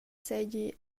seigi